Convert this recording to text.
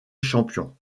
champion